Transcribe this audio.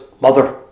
Mother